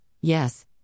yes